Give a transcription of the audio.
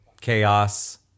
chaos